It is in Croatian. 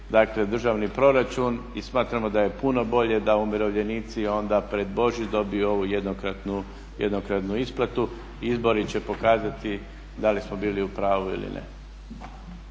dakle državni proračun i smatramo da je puno bolje da umirovljenici onda pred Božić dobiju ovu jednokratnu isplatu. Izbori će pokazati da li smo bili u pravu ili ne.